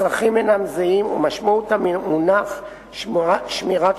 הצרכים אינם זהים ומשמעות המונח 'שמירת